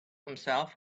himself